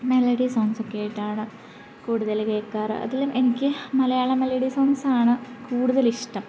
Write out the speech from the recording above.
melody സോങ്ങ്സൊക്കേയിട്ടാണ് കൂടുതല് കേള്ക്കാറ് അതില് എനിക്ക് മലയാളം മെലഡി സോങ്സാണ് കൂടുതലിഷ്ടം